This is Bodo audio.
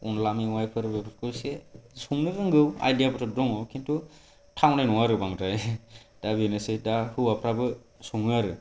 अनला मेवाइफोर बेफोरखौ इसे संनो रोंगौ आयदिया फोराबोथ' दङ किनतु थावनाय नङा आरो बांद्राय दा बेनोसै दा हौवाफ्राबो सङो आरो